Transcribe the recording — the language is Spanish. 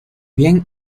bien